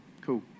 cool